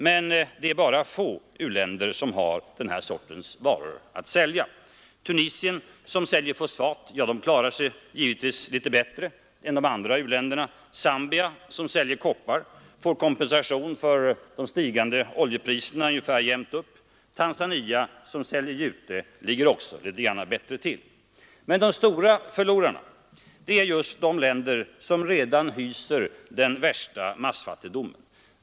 Men det är bara få u-länder som har den här sortens varor att sälja. Tunisien, som säljer fosfat, klarar sig givetvis litet bättre än de andra u-länderna, Zambia som säljer koppar får kompensation för de stigande oljepriserna så att det hela går jämnt upp, Tanzania som säljer jute ligger också litet bättre till. Men de stora förlorarna är just de länder som redan hyser den värsta massfattigdomen.